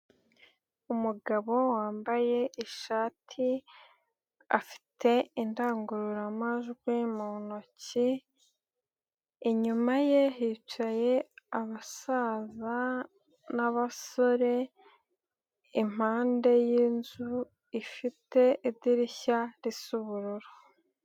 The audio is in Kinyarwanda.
Umugabo wambaye ishati, afite indangururamajwi mu ntoki, inyuma ye hicaye abasaza n'abasore impande y'inzu ifite idirishya risa ubururu.